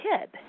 kid